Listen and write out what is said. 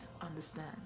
understand